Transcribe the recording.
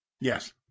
Yes